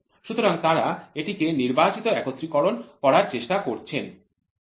সুতরাং তারা এটিকে নির্বাচিত একত্রিতকরণ করার চেষ্টা করেন